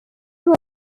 were